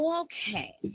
okay